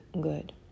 good